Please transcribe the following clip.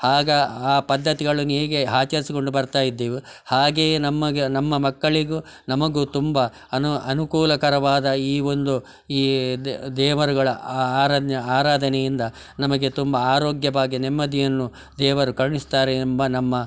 ಆಗ ಆ ಪದ್ದತಿಗಳನ್ನ ಹೇಗೆ ಆಚರಿಸ್ಕೊಂಡು ಬರ್ತಾ ಇದ್ದೀವೋ ಹಾಗೆಯೇ ನಮಗೆ ನಮ್ಮ ಮಕ್ಕಳಿಗೂ ನಮಗೂ ತುಂಬ ಅನುಕೂಲಕರವಾದ ಈ ಒಂದು ಈ ದೇವರುಗಳ ಆರಾದ್ನ ಆರಾಧನೆಯಿಂದ ನಮಗೆ ತುಂಬ ಆರೋಗ್ಯ ಭಾಗ್ಯ ನೆಮ್ಮದಿಯನ್ನು ದೇವರು ಕರುಣಿಸ್ತಾರೆ ಎಂಬ ನಮ್ಮ